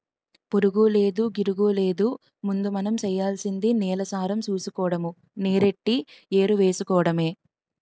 పురుగూలేదు, గిరుగూలేదు ముందు మనం సెయ్యాల్సింది నేలసారం సూసుకోడము, నీరెట్టి ఎరువేసుకోడమే